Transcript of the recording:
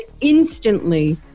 instantly